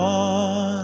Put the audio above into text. on